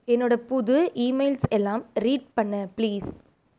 என்னோட புது இமெயில்ஸ் எல்லாம் ரீட் பண்ணு ப்ளீஸ்